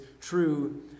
true